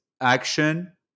action